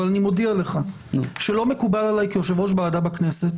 אבל אני מודיע לך שלא מקובל עליי כיו"ר ועדה בכנסת,